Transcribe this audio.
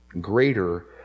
Greater